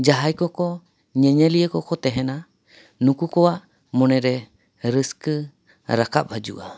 ᱡᱟᱦᱟᱸᱭ ᱠᱚᱠᱚ ᱧᱮᱼᱧᱮᱞᱤᱭᱟᱹ ᱠᱚ ᱠᱚ ᱛᱟᱦᱮᱱᱟ ᱱᱩᱠᱩ ᱠᱚᱣᱟᱜ ᱢᱚᱱᱮ ᱨᱮ ᱨᱟᱹᱥᱠᱟᱹ ᱨᱟᱠᱟᱵ ᱦᱤᱡᱩᱜᱼᱟ